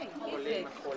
הישיבה נעולה.